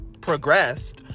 progressed